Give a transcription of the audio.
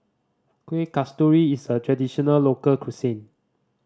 Kueh Kasturi is a traditional local cuisine